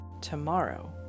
Tomorrow